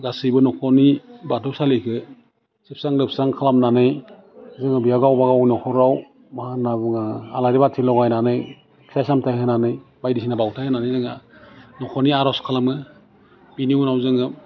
गासैबो नख'रनि बाथौ सालिखौ सिबस्रां लोबस्रां खालामनानै जोङो बेयाव गावबागाव नख'राव मा होन्ना बुङो आलारि बाथि लगायनानै फिथाइ सामथाय होनानै बायदिसिना बाउथाइ होनानै जोंहा नख'रनि आर'ज खालामो बिनि उनाव जोङो